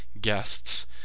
guests